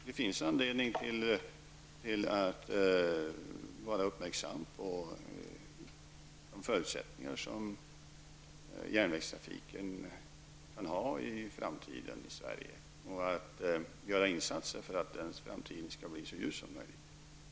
Det finns anledning att vara uppmärksam för de förutsättningar som järnvägstrafiken kan ha i framtiden i Sverige och att göra insatser för att den framtiden skall bli så ljus som möjligt.